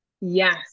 Yes